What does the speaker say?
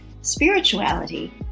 spirituality